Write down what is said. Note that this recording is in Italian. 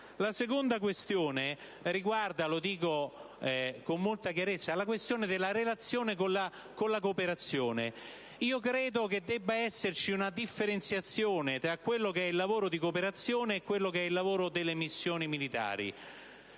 La seconda questione riguarda - lo dico con molta chiarezza - la relazione con la cooperazione. Credo che debba esserci una differenziazione tra il lavoro di cooperazione e il lavoro delle missioni militari.